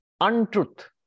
untruth